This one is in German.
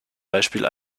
beispiel